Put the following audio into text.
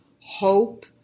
hope